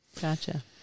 Gotcha